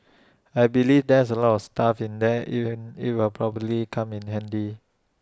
I believe there's A lot of stuff in there it'll it'll probably come in handy